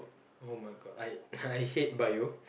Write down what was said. oh-my-God I I hate bio